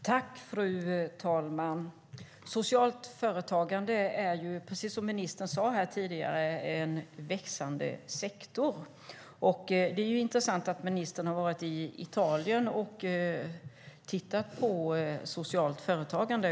Fru talman! Socialt företagande är, precis som ministern sade, en växande sektor. Det är intressant att ministern har varit i Italien och sett på socialt företagande.